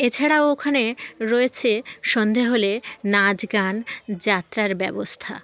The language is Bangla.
এছাড়াও ওখানে রয়েছে সন্ধে হলে নাচ গান যাত্রার ব্যবস্থা